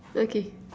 okay